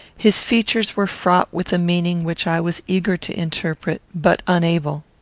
his features were fraught with a meaning which i was eager to interpret, but unable.